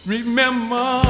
Remember